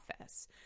office